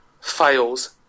fails